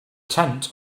tent